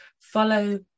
follow